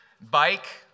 bike